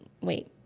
wait